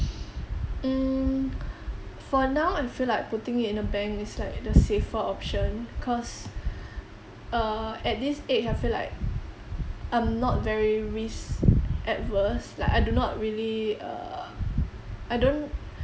mm for now I feel like putting it in the bank is like the safer option cause err at this age I feel like I'm not very risk averse like I do not really err I don't